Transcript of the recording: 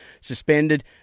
suspended